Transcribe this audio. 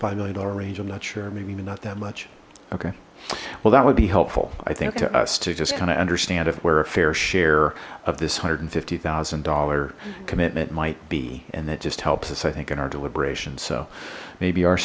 five million dollar range i'm not sure maybe even not that much okay well that would be helpful i think to us to just kind of understand if we're a fair share of this one hundred and fifty zero dollar commitment might be and that just helps us i think in our deliberation so maybe our